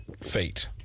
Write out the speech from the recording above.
feet